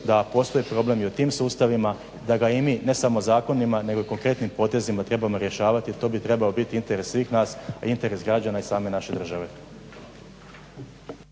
da postoji problem i u tim sustavima, da ga i mi ne samo zakonima nego i konkretnim potezima trebamo rješavati jer to bi trebao biti interes svih nas, interes građana i same naše države.